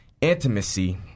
Intimacy